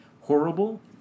Horrible